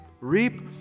reap